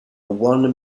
one